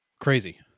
Crazy